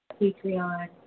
Patreon